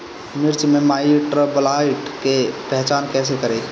मिर्च मे माईटब्लाइट के पहचान कैसे करे?